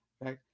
right